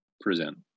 present